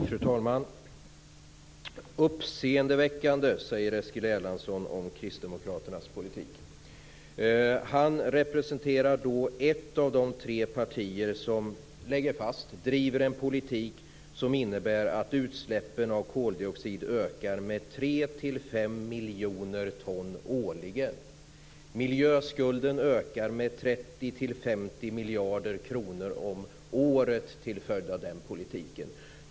Fru talman! Uppseendeväckande, säger Eskil Erlandsson om kristdemokraternas politik. Han representerar då ett av de tre partier som lägger fast och driver en politik som innebär att utsläppen av koldioxid ökar med tre till fem miljoner ton årligen. Miljöskulden ökar med 30-50 miljarder kronor om året till följd av den politiken.